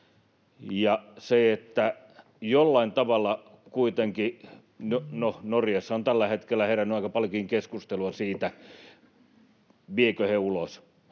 viidenneksen joukossa. No, Norjassa on tällä hetkellä herännyt aika paljonkin keskustelua siitä, vievätkö he ulos.